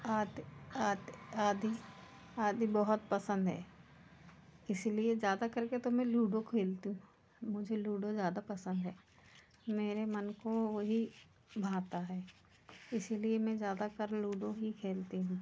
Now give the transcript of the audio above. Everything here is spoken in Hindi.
आति आति आदि आदि बहुत पसंद है इसलिए ज़्यादा करके तो मैं लूडो खेलती हूँ मुझे लूडो ज़्यादा पसंद है मेरे मन को वही भाता है इसीलिए मैं ज़्यादाकर लूडो ही खेलती हूँ